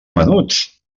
menuts